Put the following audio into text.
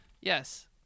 yes